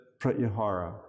Pratyahara